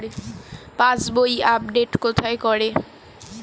পাসবই update কোথায় করে?